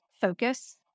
focus